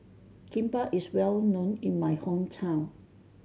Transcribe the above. kimbap is well known in my hometown